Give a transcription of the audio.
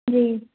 जी